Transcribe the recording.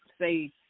say